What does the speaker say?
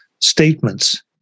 statements